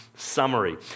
Summary